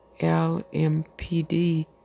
LMPD